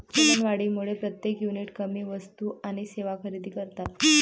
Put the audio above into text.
चलनवाढीमुळे प्रत्येक युनिट कमी वस्तू आणि सेवा खरेदी करतात